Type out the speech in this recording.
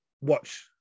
watch